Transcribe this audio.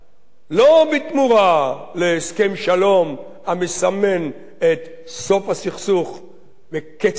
לא בתמורה להסכם שלום המסמן את סוף הסכסוך וקץ לתביעות,